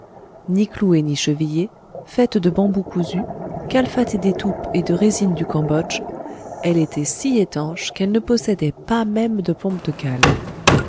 ni clouée ni chevillée faite de bambous cousus calfatée d'étoupe et de résine du cambodje elle était si étanche qu'elle ne possédait pas même de pompe